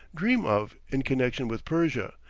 dream of in connection with persia,